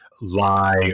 lie